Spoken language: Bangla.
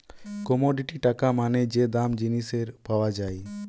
কমোডিটি টাকা মানে যে দাম জিনিসের পাওয়া যায়